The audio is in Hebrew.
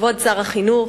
כבוד שר החינוך,